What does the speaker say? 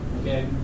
Okay